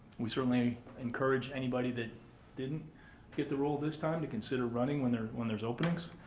we certainly encourage anybody that didn't get the role this time to consider running when there's when there's openings.